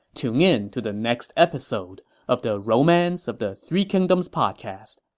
tune in to the next episode of the romance of the three kingdoms podcast.